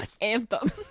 anthem